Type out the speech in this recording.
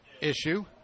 issue